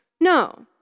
No